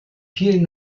vielen